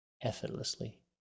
effortlessly